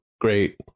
great